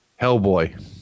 Hellboy